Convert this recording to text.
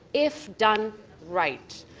if done right.